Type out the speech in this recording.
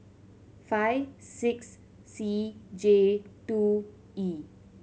five six C J two E